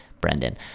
Brendan